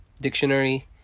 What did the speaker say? dictionary